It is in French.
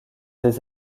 des